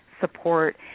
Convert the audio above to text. support